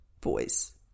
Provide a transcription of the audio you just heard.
boys